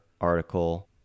article